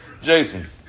Jason